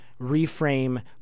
reframe